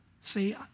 See